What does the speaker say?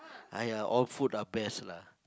!aiya! all food are best lah